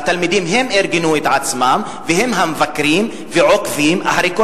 התלמידים ארגנו את עצמם והם המבקרים ועוקבים אחרי כל